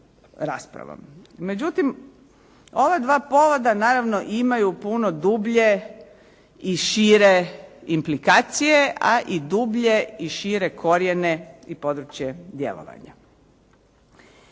raspravom. Međutim, ova dva povoda naravno imaju puno dublje i šire implikacije, a i dublje i šire korijene i područje djelovanja.